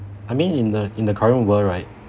I mean in the in the current world right